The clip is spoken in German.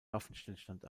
waffenstillstand